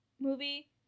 movie